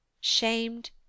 Shamed